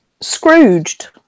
Scrooged